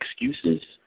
excuses